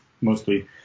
mostly